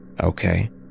Okay